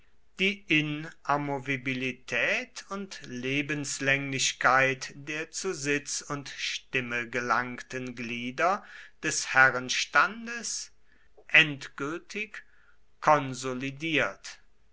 die inamovibilität und lebenslänglichkeit der zu sitz und stimme gelangten glieder des herrenstandes endgültig konsolidiert